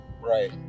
right